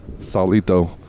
Salito